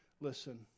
Listen